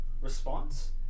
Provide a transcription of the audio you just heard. response